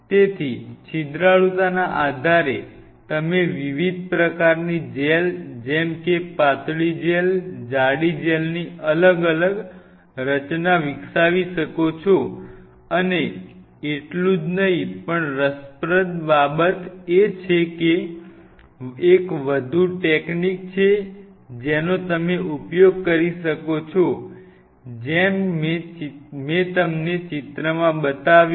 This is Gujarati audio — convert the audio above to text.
તેથી છિદ્રાળુતાના આધારે તમે વિવિધ પ્રકારની જેલ જેમ કે પાતળી જેલ જાડી જેલ ની અલગ અલગ રચના વિકસાવી શકો છો અને એટલું જ નહીં પણ રસપ્રદ બાબત એ છે કે એક વધુ ટેકનીક છે જેનો તમે ઉપયોગ કરી શકો છો જેમ મેં તમને ચિત્રમાં બતાવ્યું